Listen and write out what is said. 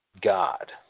God